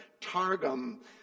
targum